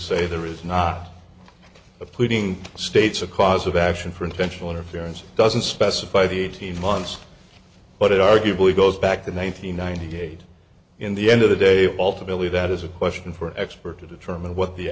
say there is not a pleading states a cause of action for intentional interference doesn't specify the eighteen months but it arguably goes back to nine hundred ninety eight in the end of the day all to believe that is a question for an expert to determine what the